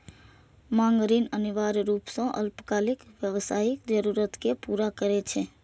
मांग ऋण अनिवार्य रूप सं अल्पकालिक व्यावसायिक जरूरत कें पूरा करै छै